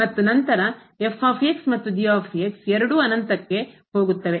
ಮತ್ತು ನಂತರ ಮತ್ತು ಎರಡೂ ಅನಂತಕ್ಕೆ ಹೋಗುತ್ತವೆ